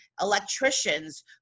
electricians